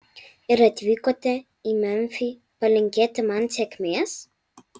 ir atvykote į memfį palinkėti man sėkmės